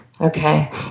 Okay